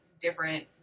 different